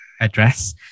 address